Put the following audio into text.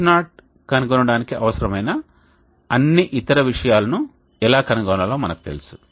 H0 కనుగొనడానికి అవసరమైన అన్ని ఇతర విషయాలను ఎలా కనుగొనాలో మనకు తెలుసు